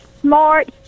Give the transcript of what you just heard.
smart